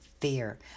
fear